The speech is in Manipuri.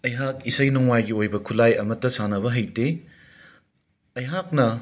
ꯑꯩꯍꯥꯛ ꯏꯁꯩ ꯅꯣꯡꯃꯥꯏꯒꯤ ꯑꯣꯏꯕ ꯈꯨꯠꯂꯥꯏ ꯑꯃꯠꯇ ꯁꯥꯟꯅꯕ ꯍꯩꯇꯦ ꯑꯩꯍꯥꯛꯅ